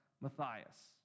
Matthias